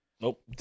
Nope